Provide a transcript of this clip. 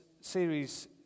series